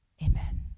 Amen